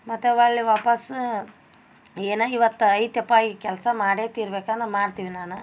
ಮತ್ತು ಒಳ್ಳೆಯ ವಾಪಾಸ್ಸು ಏನು ಇವತ್ತು ಐತೆಪ್ಪ ಈ ಕೆಲಸ ಮಾಡೇ ತೀರ್ಬೇಕಂದ್ರೆ ಮಾಡ್ತೀನಿ ನಾನು